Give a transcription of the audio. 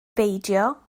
beidio